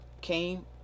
came